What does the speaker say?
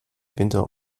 winter